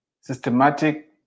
systematic